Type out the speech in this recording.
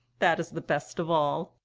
that is the best of all.